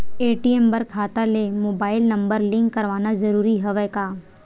ATM बर खाता ले मुबाइल नम्बर लिंक करवाना ज़रूरी हवय का?